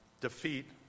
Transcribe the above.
defeat